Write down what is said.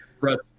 Russ